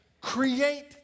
create